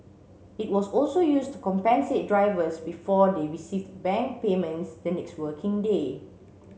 it was also used to compensate drivers before they received bank payments the next working day